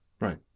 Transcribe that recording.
Right